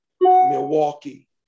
Milwaukee